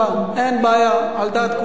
אין בעיה, על דעת כולם.